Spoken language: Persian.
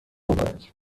مبارک